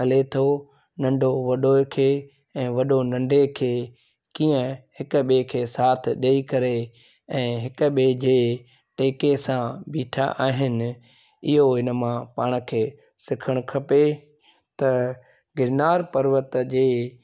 हले थो नंढो वॾे खे ऐं वॾो नंढे खे कीअं हिकु ॿिएं खे साथु ॾेई करे ऐं हिकु ॿिएं जे टेके सां बीठा आहिनि इहो हिन मां पाणखे सिखणु खपे त गिरनार पर्वत जे